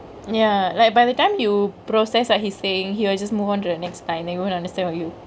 ya like by the time you process what he's sayingk he will just move on to the next time then you wouldn't understand what you